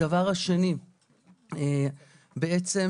על פי